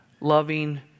loving